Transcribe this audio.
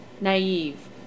naive